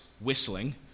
whistling